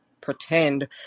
pretend